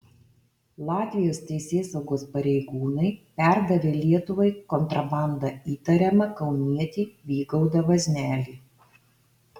latvijos teisėsaugos pareigūnai perdavė lietuvai kontrabanda įtariamą kaunietį vygaudą vaznelį